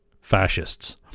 fascists